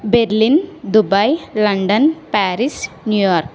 Berlin Dubai London Paris New York